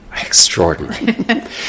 Extraordinary